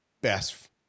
best